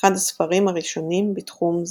- אחד הספרים הראשונים בתחום הזה.